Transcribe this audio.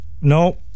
no